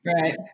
Right